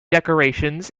decorations